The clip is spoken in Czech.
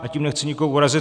Tím nechci nikoho urazit.